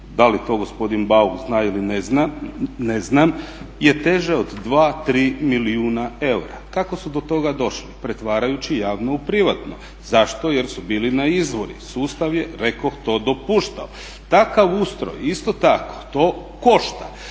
da li to gospodin Bauk zna ili ne zna, ne znam je teže od 2, 3 milijuna eura. Kako su to toga došli? Pretvarajući javno u privatno. Zašto? Jer su bili na izvoru. Sustav je rekoh to dopuštao. Takav ustroj isto tako to košta,